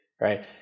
right